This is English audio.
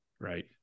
right